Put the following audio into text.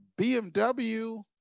BMW